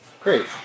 Great